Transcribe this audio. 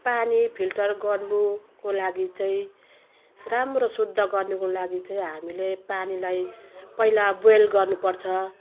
पानी फिल्टर गर्नुको लागि चाहिँ राम्रो शुद्ध गर्नुको लागि चाहिँ हामीले पानीलाई पहिला बोयल गर्नु पर्छ